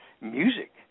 music